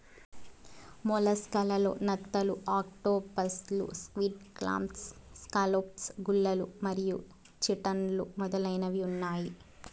mollusc లలో నత్తలు, ఆక్టోపస్లు, స్క్విడ్, క్లామ్స్, స్కాలోప్స్, గుల్లలు మరియు చిటాన్లు మొదలైనవి ఉన్నాయి